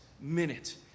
minute